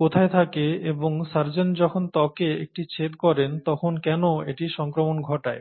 কোথায় থাকে এবং সার্জন যখন ত্বকে একটি ছেদ করেন তখন কেন এটি সংক্রমণ ঘটায়